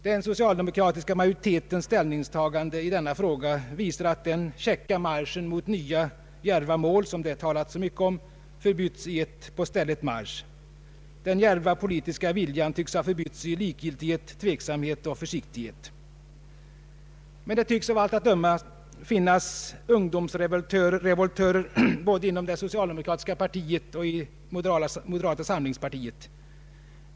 Den socialdemokratiska majoritetens ställningstagande i denna fråga visar att den käcka marschen mot nya djärva mål, som det talats så mycket om, förbytts i på stället marsch. Den djärva politiska viljan tycks ha förbytts i likgiltighet, tveksamhet och försiktighet. Men det synes av allt att döma finnas ungdomsrevoltörer både inom det socialdemokratiska partiet och i moderata samlingspartiet.